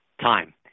time